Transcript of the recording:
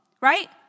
right